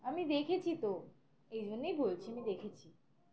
আমি দেখেছি তো এই জন্যেই বলছি আমি দেখেছি